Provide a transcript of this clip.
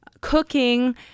cooking